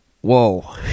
Whoa